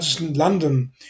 London